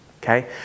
Okay